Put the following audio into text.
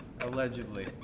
Allegedly